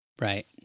Right